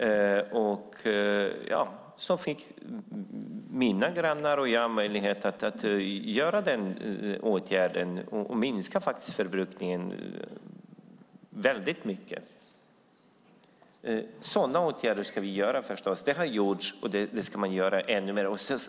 Jag bor i ett område där jag och mina grannar fick möjlighet att vidta den åtgärden. Och förbrukningen har faktiskt minskat väldigt mycket. Sådana åtgärder ska vi förstås vidta. Det har man gjort, och man ska göra det ännu mer.